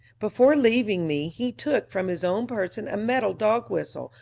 before leaving me he took from his own person a metal dog-whistle,